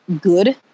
good